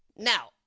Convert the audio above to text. no,